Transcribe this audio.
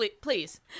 please